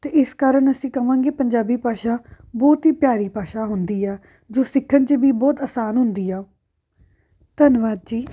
ਅਤੇ ਇਸ ਕਾਰਨ ਅਸੀਂ ਕਹਾਂਗੇ ਪੰਜਾਬੀ ਭਾਸ਼ਾ ਬਹੁਤ ਹੀ ਪਿਆਰੀ ਭਾਸ਼ਾ ਹੁੰਦੀ ਆ ਜੋ ਸਿੱਖਣ 'ਚ ਵੀ ਬਹੁਤ ਆਸਾਨ ਹੁੰਦੀ ਆ ਧੰਨਵਾਦ ਜੀ